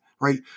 right